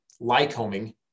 Lycoming